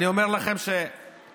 אני אומר לכם שבאמת,